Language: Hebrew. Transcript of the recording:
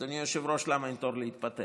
אדוני היושב-ראש, למה אין תור להתפטר.